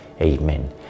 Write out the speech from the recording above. Amen